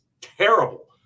terrible